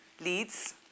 leads